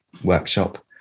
workshop